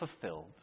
fulfilled